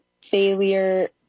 failure